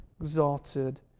exalted